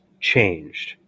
changed